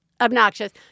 obnoxious